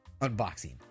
unboxing